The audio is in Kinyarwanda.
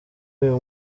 uyu